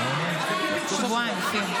אני מביאה את זה להצבעה.